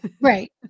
Right